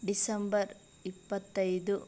December ಇಪ್ಪತ್ತೈದು